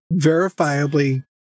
verifiably